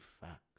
facts